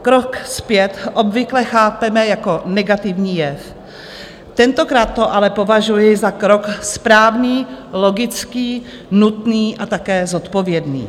Krok zpět obvykle chápeme jako negativní jev, tentokrát to ale považuji za krok správný, logický, nutný a také zodpovědný.